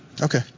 Okay